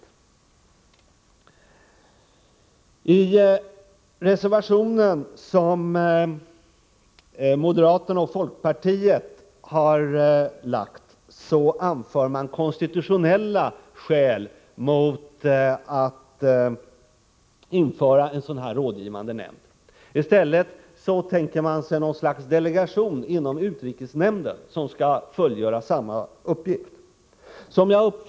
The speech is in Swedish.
é E 5: rörande krigsmate I reservationen som moderaterna och folkpartiet har lagt fram anför man 5 rielexport konstitutionella skäl mot att införa en sådan rådgivande nämnd. I stället tänker man sig något slags delegation inom utrikesnämnden som skall fullgöra samma uppgift.